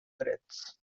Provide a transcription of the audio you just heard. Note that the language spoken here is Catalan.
drets